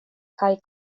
kaj